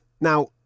Now